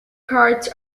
carts